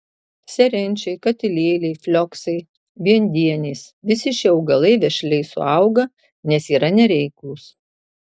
serenčiai katilėliai flioksai viendienės visi šie augalai vešliai suauga nes yra nereiklūs